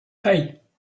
hey